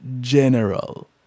general